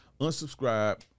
unsubscribe